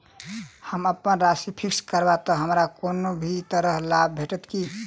हम अप्पन राशि फिक्स्ड करब तऽ हमरा कोनो भी तरहक लाभ भेटत की?